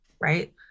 right